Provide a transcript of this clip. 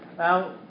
Now